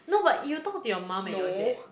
no but you talk to your mum and your dad